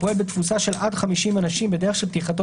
הפועל בתפוסה של עד 50 אנשים בדרך של פתיחתו